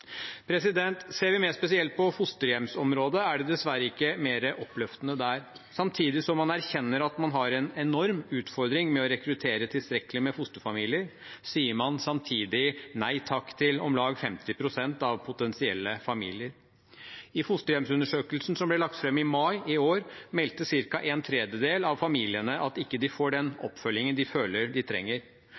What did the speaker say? Ser vi mer spesielt på fosterhjemsområdet, er det dessverre ikke mer oppløftende der. Samtidig som man erkjenner at man har en enorm utfordring med å rekruttere tilstrekkelig med fosterfamilier, sier man nei takk til 50 pst. av potensielle familier. I fosterhjemsundersøkelsen som ble lagt fram i mai i år, meldte ca. en tredjedel av familiene at de ikke får den oppfølgingen de føler de trenger.